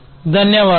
ధన్యవాదాలు